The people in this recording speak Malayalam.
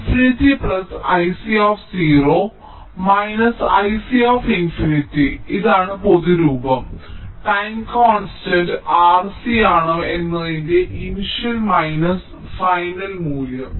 ∞ I c I c ∞ ഇതാണ് പൊതുരൂപം ടൈം കോൺസ്റ്റന്റ് R C ആണോ എന്നതിന്റെ ഇനിഷ്യൽ മൈനസ് ഫൈനൽ മൂല്യം